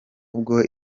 ubwo